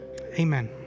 Amen